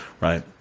right